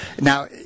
now